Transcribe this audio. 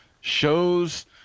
shows